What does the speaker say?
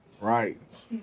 Right